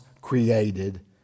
created